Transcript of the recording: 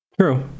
True